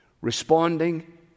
responding